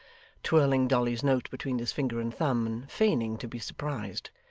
twirling dolly's note between his finger and thumb, and feigning to be surprised.